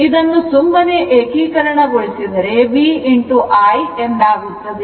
ಇದನ್ನು ಸುಮ್ಮನೆ ಏಕೀಕರಣ ಗೊಳಿಸಿದರೆ V I ಎಂದಾಗುತ್ತದೆ